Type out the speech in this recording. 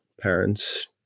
parents